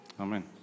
amen